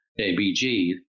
ABG